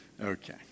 Okay